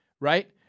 right